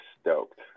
stoked